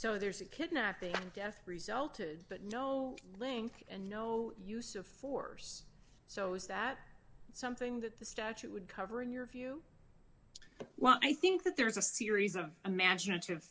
so there's a kidnapping and death resulted but no link and no use of force so is that something that the statute would cover in your view well i think that there is a series of imaginative